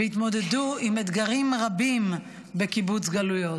והתמודדו עם אתגרים רבים בקיבוץ גלויות.